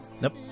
Nope